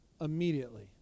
immediately